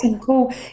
Cool